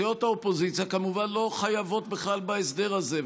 סיעות האופוזיציה כמובן לא חייבות בכלל בהסדר הזה,